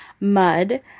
mud